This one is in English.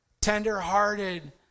tender-hearted